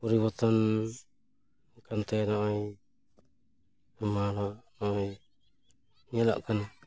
ᱯᱚᱨᱤᱵᱚᱨᱛᱚᱱ ᱠᱟᱱᱛᱮ ᱱᱚᱜᱼᱚᱭ ᱱᱚᱜᱼᱚᱭ ᱧᱮᱞᱚᱜ ᱠᱟᱱᱟ